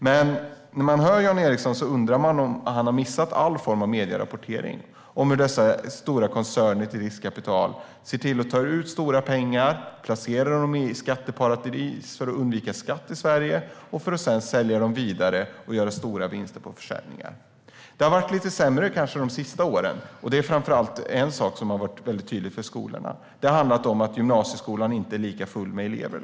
Men när man hör Jan Ericson undrar man om han har missat all form av medierapportering om hur stora koncerner med riskkapital ser till att ta ut stora pengar, placera dem i skatteparadis för att undvika att betala skatt i Sverige och sedan sälja bolagen vidare och göra stora vinster på försäljningen. Det har kanske varit lite sämre under de senaste åren. Det är framför allt en sak som har varit väldigt tydlig för skolorna, och det är att gymnasieskolan inte längre är lika full med elever.